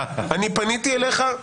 אני פניתי אליך?